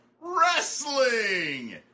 Wrestling